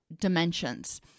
dimensions